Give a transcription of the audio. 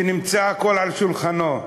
שהכול נמצא על שולחנו,